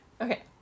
Okay